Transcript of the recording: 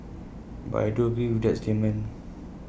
but I do agree with that statement